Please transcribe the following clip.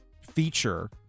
feature